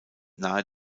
nahe